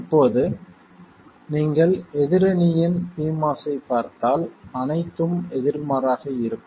இப்போது நீங்கள் எதிரணியின் pMOS ஐப் பார்த்தால் அனைத்தும் எதிர்மாறாக இருக்கும்